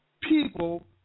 people